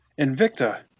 Invicta